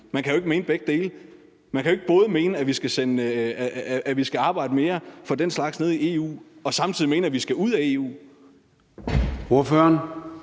man kan jo ikke mene begge dele. Man kan jo ikke både mene, at vi skal arbejde mere for den slags nede i EU, og samtidig mene, at vi skal ud af EU.